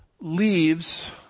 leaves